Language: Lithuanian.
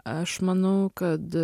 aš manau kad